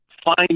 Find